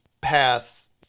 pass